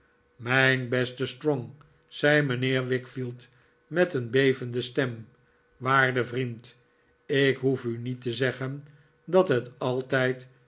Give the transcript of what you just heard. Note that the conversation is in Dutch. mijn beste strong zei mijnheer wickfield met een bevende stem waarde vriend ik hoef u niet te zeggen dat het altijd